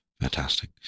Fantastic